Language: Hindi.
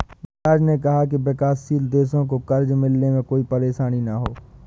मिराज ने कहा कि विकासशील देशों को कर्ज मिलने में कोई परेशानी न हो